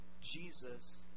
Jesus